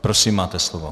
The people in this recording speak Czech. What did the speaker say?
Prosím, máte slovo.